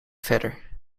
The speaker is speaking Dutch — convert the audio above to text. verder